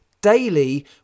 daily